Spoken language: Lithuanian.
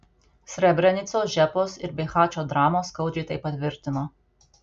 srebrenicos žepos ir bihačo dramos skaudžiai tai patvirtino